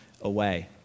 away